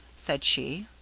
said she.